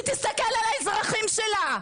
שתסתכל על האזרחים שלה,